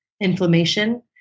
inflammation